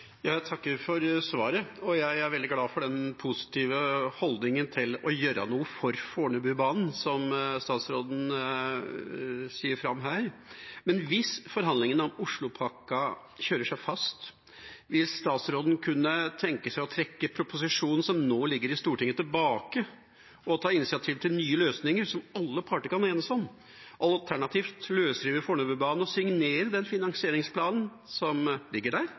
Jeg takker for svaret. Jeg er veldig glad for den positive holdningen til å gjøre noe for Fornebubanen som statsråden gir uttrykk for her. Men hvis forhandlingene om Oslopakka kjører seg fast, vil statsråden kunne tenke seg å trekke tilbake proposisjonen som nå ligger i Stortinget, og ta initiativ til nye løsninger som alle parter kan enes om, alternativt løsrive Fornebubanen og signere den finansieringsplanen som ligger der,